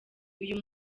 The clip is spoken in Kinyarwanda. uyu